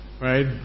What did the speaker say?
right